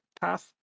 path